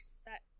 set